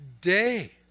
day